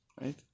Right